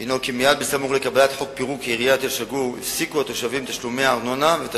הינה כי מייד בסמוך לקבלת חוק פירוק עיריית אל-שגור הפסיקו התושבים לשלם